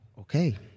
okay